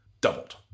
doubled